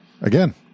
Again